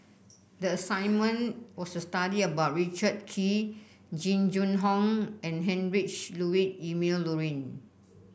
the assignment was to study about Richard Kee Jing Jun Hong and Heinrich Ludwig Emil Luering